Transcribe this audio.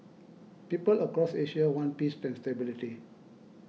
people across Asia want peace and stability